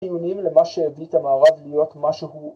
‫חיוניים למה שהביא את המערב ‫להיות מה שהוא...